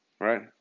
right